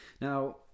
Now